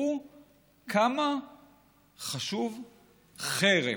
ותראו כמה חשוב חרם,